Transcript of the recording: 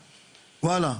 וואלה,